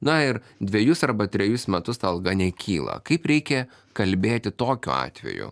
na ir dvejus arba trejus metus ta alga nekyla kaip reikia kalbėti tokiu atveju